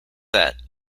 that